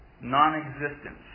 non-existence